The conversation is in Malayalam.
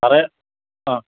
പറയാം ആ